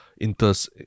inters